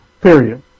period